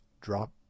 drop